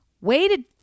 waited